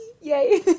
yay